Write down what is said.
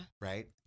right